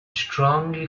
strongly